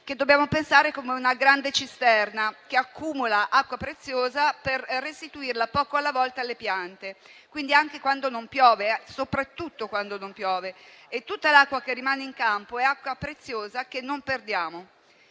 Dobbiamo pensare ad una grande cisterna, che accumula acqua preziosa per restituirla poco alla volta alle piante. Quindi, anche quando non piove, soprattutto quando non piove, tutta l'acqua che rimane in campo è acqua preziosa che non perdiamo.